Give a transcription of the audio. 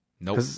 nope